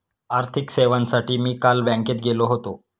आर्थिक सेवांसाठी मी काल बँकेत गेलो होतो